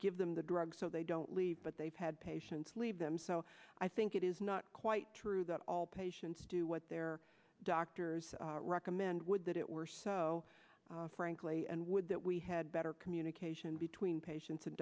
give them the drug so they don't leave but they've had patients leave them so i think it is not quite true that all patients do what their doctors recommend would that it were so frankly and would that we had better communication between patients and